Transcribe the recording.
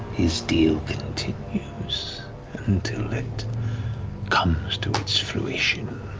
his deal continues until it comes to its fruition.